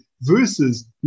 versus